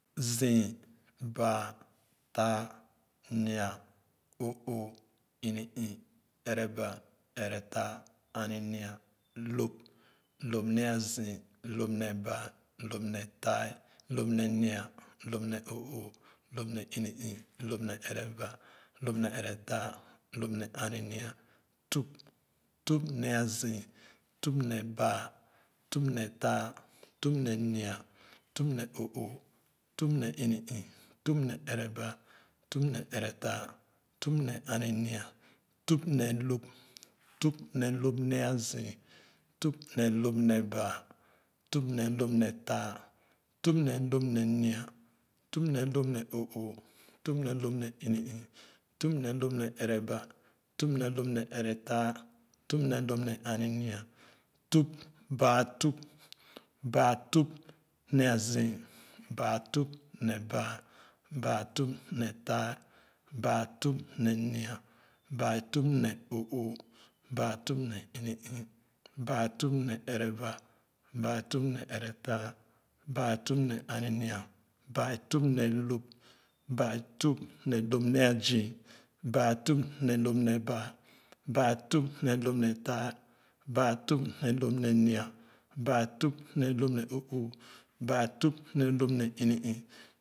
Zii, baa, taa, nia, o'oo, ono-ii, ereba, ere taa, ani-nia, lõp, lõp ne a zii, wp nebaa, lõp nee taa, lõp ne nua, lõp ne o'oo, lõp ne uno-ii lõp ne ereba, lõp ne eretaa, lõp ne ani nia, tup, tup ne a zii, tup ne a zii, tup ne baa, tup ne taa, tup nee nua, tupne o'oo tup ne em-u tup ne ereba, tup ne eretaa, tup ne anima tup ne w̃p, tup ne azii, tupne w̃p nee baa, tup ne w̃p ne ini-ii, tup ne w̃p ne ereba tup ne w̃p ne ere taa, tup ne w̃p ne aninia tup, baa tup, baa tup ne a zii, baa tup ne baa baa tup ne taa baatup ne nua, baatup ne o'oo, baatup ne in-ii, baatup ne ere ba, baa tup ne eretaa, baaatup ne aninua, baa tup ne w̃p, baa tupne an-nua, tup ne w̃p ne baa, baatup ne w̃p ne taa, baa tup ne w̃p ne nua, baatup ne w̃p ne o'oo, baa tupne w̃p ne inu-ii.